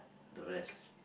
the rest